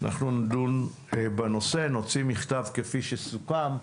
אנחנו נדון בנושא, נוציא מכתב כפי שסוכם.